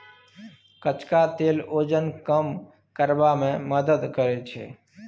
कचका तेल ओजन कम करबा मे मदति करैत छै